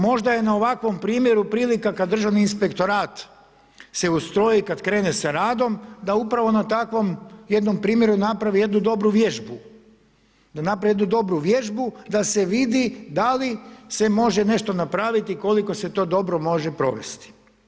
Možda je na ovakvom primjeru prilika kada Državni inspektorat se ustroji i kada krene sa radom, da upravo na takvom jednom primjeru napravi jednu dobru vježbu, da napravi jednu dobru vježbu da se vidi da li se može nešto napraviti, koliko se to dobro može provesti.